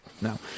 No